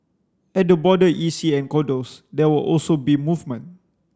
at the border E C and condos there will also be movement